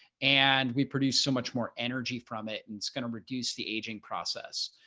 and we produce so much more energy from it, and going to reduce the aging process.